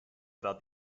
about